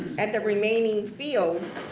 at the remaining fields,